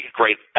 great